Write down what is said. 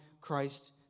christ